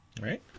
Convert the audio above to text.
Right